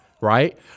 right